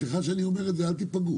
סליחה שאני אומר את זה, אל תיפגעו.